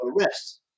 arrests